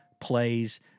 plays